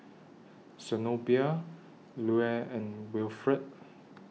Zenobia Lue and Wilfred